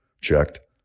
checked